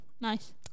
Nice